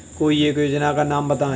कोई एक योजना का नाम बताएँ?